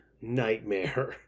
nightmare